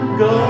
go